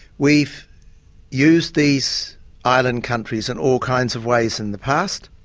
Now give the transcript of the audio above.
we've used these island countries in all kinds of ways in the past,